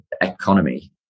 economy